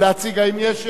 האם יש הסתייגויות?